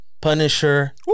Punisher